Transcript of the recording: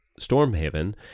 Stormhaven